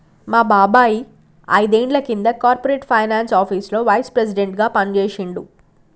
మా బాబాయ్ ఐదేండ్ల కింద కార్పొరేట్ ఫైనాన్స్ ఆపీసులో వైస్ ప్రెసిడెంట్గా పనిజేశిండు